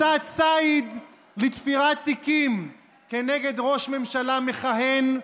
מסע ציד לתפירת תיקים כנגד ראש ממשלה מכהן,